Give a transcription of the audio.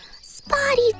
Spotty